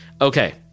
okay